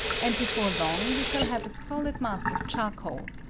and before long we shall have a solid mass of charcoal,